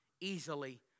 easily